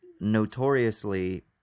notoriously